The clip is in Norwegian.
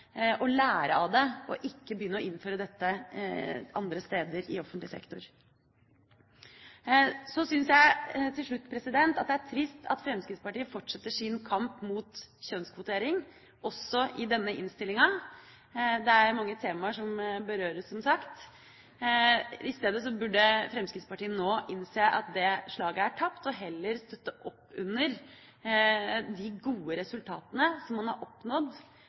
lære av det, og ikke begynne å innføre dette andre steder i offentlig sektor. Så syns jeg, til slutt, at det er trist at Fremskrittspartiet fortsetter sin kamp mot kjønnskvotering, også i denne innstillinga. Det er som sagt mange temaer som berøres. Fremskrittspartiet burde nå i stedet innse at det slaget er tapt, og heller støtte opp under de gode resultatene man har oppnådd